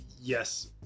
yes